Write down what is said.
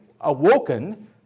awoken